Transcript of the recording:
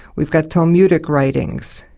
we've got talmudic writings,